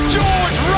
George